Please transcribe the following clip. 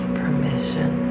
permission